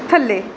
ਥੱਲੇ